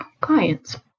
clients